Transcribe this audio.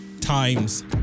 times